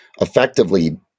Effectively